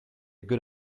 good